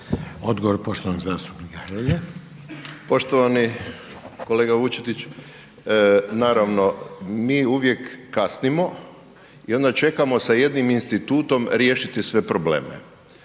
**Hrelja, Silvano (HSU)** Poštovani kolega Vučetić, naravno, mi uvijek kasnimo i onda čekamo sa jednim institutom riješiti sve probleme.